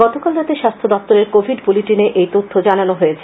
গতকাল রাতে স্বাস্থ্য দপ্তরের কোভিড বুলেটিনে এই তথ্য জানানো হয়েছে